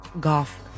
Golf